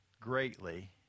greatly